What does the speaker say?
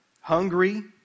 hungry